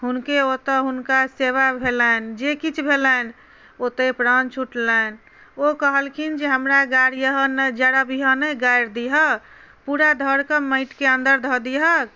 हुनके ओतय हुनका सेवा भेलनि जे किछु भेलनि ओतहि प्राण छुटलनि ओ कहलखिन जे हमरा गाड़िहऽ नहि जरबिहऽ नहि गाड़ि दिहऽ पूरा धर के माटिके अन्दर धऽ दिहऽ